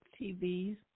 TVs